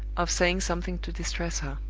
of saying something to distress her.